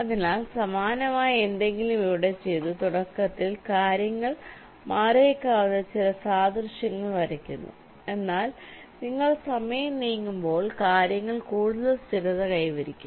അതിനാൽ സമാനമായ എന്തെങ്കിലും ഇവിടെ ചെയ്തു തുടക്കത്തിൽ കാര്യങ്ങൾ മാറിയേക്കാവുന്ന ചില സാദൃശ്യങ്ങൾ വരയ്ക്കുന്നു എന്നാൽ നിങ്ങൾ സമയം നീങ്ങുമ്പോൾ കാര്യങ്ങൾ കൂടുതൽ സ്ഥിരത കൈവരിക്കും